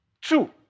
Two